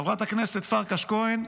חברת הכנסת פרקש הכהן,